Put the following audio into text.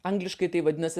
angliškai tai vadinasi